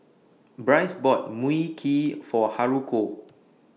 Brice bought Mui Kee For Haruko